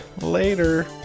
Later